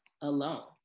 alone